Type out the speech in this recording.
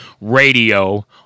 radio